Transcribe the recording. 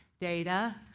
data